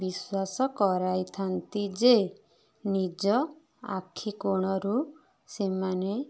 ବିଶ୍ୱାସ କରାଇଥାନ୍ତି ଯେ ନିଜ ଆଖି କୋଣରୁ ସେମାନେ